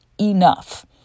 enough